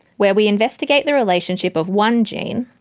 where we investigate the relationship of one gene,